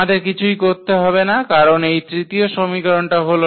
আমাদের কিছুই করতে হবে না কারণ এই তৃতীয় সমীকরণটি হল